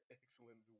excellent